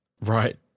Right